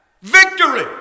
Victory